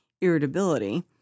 irritability